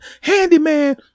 Handyman